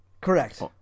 Correct